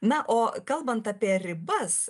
na o kalbant apie ribas